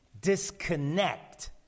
disconnect